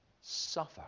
suffer